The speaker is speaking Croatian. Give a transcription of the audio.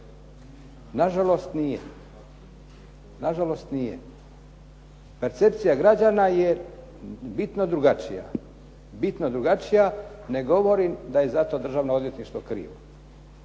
Nažalost nije. Percepcija građana je bitno drugačija. Ne govorim da je zato Državno odvjetništvo krivo.